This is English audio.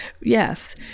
yes